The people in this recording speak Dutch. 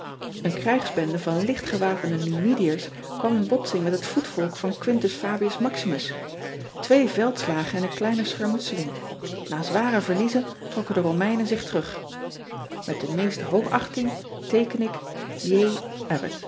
en krijgsbende van licht gewapende umidiërs kwam in botsing met het voetvolk van uintus abius aximus wee veldslagen en een kleine schermutseling a zware verliezen trokken de omeinen zich terug et de meeste hoogachting teeken ik